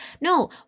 no